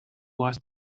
was